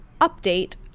update